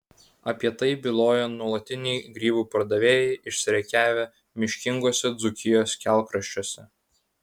apie tai byloja nuolatiniai grybų pardavėjai išsirikiavę miškinguose dzūkijos kelkraščiuose